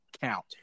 count